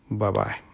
Bye-bye